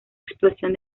explosión